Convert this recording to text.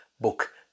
book